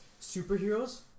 superheroes